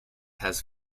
has